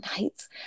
nights